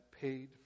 paid